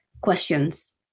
questions